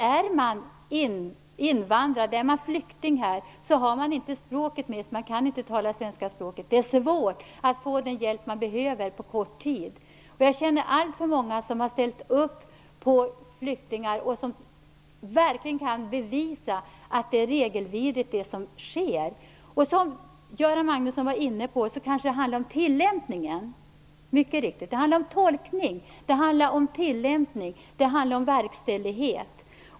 Är man invandrare, är man flykting - då har man språket mot sig. Man kan inte tala svenska, och det är svårt att få den hjälp man behöver på kort tid. Jag känner allt för många som har ställt upp för flyktingar som verkligen kan bevisa att det som sker är regelvidrigt. Göran Magnusson var inne på att det handlar om tillämpning. Mycket riktigt: Det handlar om tolkning, tillämpning och verkställighet.